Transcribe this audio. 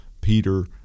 Peter